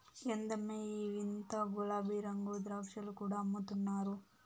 ఎందమ్మో ఈ వింత గులాబీరంగు ద్రాక్షలు కూడా అమ్ముతున్నారు